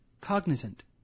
cognizant